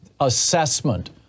assessment